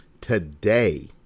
Today